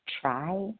try